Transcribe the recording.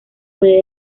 puede